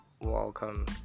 welcome